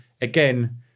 again